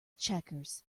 checkers